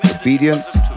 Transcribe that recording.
obedience